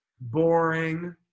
boring